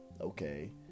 okay